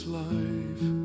life